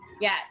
Yes